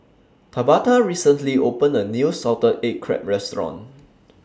Tabatha recently opened A New Salted Egg Crab Restaurant